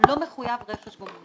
לא מחויב ברכש גומלין.